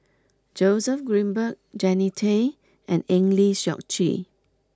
Joseph Grimberg Jannie Tay and Eng Lee Seok Chee